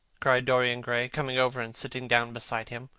cried dorian gray, coming over and sitting down beside him,